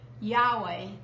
Yahweh